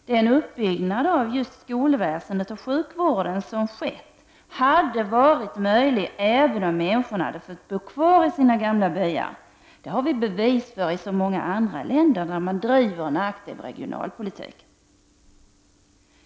Den upp byggnad av skolväsendet och sjukvården som har skett hade varit möjlig även om människorna hade fått bo kvar i sina gamla byar. Det har vi bevis för från så många andra länder där man driver en aktiv regionalpolitik.